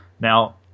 Now